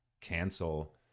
cancel